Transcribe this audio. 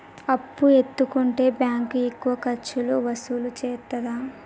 అప్పు ఎత్తుకుంటే బ్యాంకు ఎక్కువ ఖర్చులు వసూలు చేత్తదా?